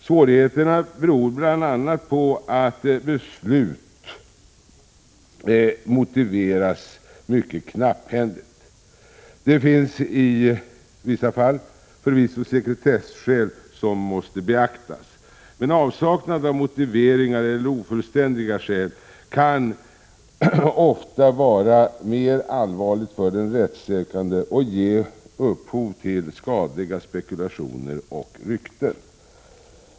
Svårigheterna beror bl.a. på att beslut motiveras mycket knapphändigt. Det finns i vissa fall förvisso sekretesskäl som måste beaktas, men avsaknad av motiveringar eller ofullständiga skäl kan ofta vara mer allvarligt för den rättssökande och ge upphov till skadliga spekulationer och rykten.